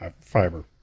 fiber